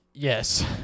Yes